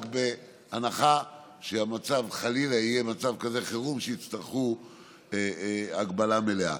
רק בהנחה שהמצב חלילה יהיה מצב חירום כזה שיצטרכו הגבלה מלאה.